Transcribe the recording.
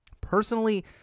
Personally